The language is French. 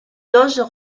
doses